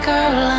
Girl